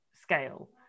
scale